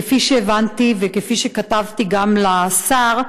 כפי שהבנתי וכפי שכתבתי גם לשר,